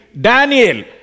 Daniel